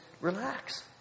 Relax